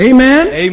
Amen